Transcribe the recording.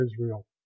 Israel